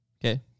Okay